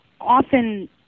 often